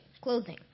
clothing